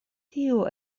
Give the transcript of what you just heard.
tiu